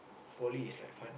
poly is like fun